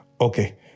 Okay